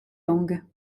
langues